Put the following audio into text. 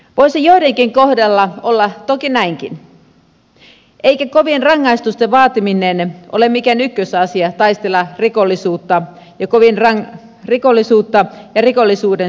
voisi joidenkin kohdalla olla toki näinkin eikä kovien rangaistusten vaatiminen ole mikään ykkösasia taistella rikollisuutta ja rikollisuuden syitä vastaan